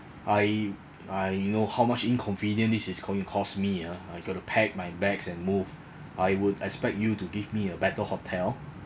I I you know how much inconvenience this is going to cause me ah I got to pack my bags and move I would expect you to give me a better hotel